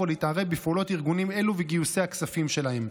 או להתערב בפעולות ארגונים אלו וגיוסי הכספים שלהם.